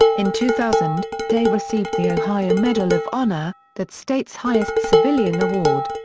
in two thousand, day received the ohio medal of honor, that state's highest civilian award.